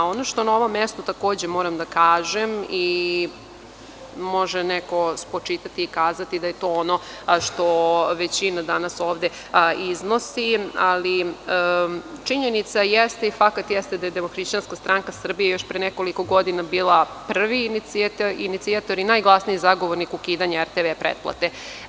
Ono što sa ovog mesta takođe moram da kažem, to neko može da spočita i da kaže da je to ono što većina danas ovde iznosi, ali činjenica jeste da je DHSS još pre nekoliko godina bila prvi inicijator i najglasniji zagovornik ukidanja RTV pretplate.